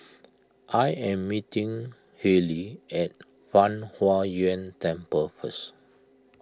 I am meeting Hailey at Fang Huo Yuan Temple first